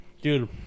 Dude